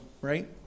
right